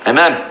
Amen